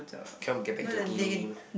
come get back to a game